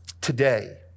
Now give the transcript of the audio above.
today